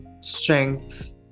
strength